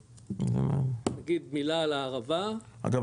אני אגיד מילה על הערבה --- אגב,